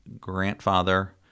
grandfather